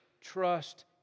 trust